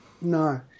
No